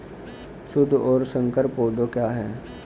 शुद्ध और संकर पौधे क्या हैं?